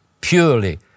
purely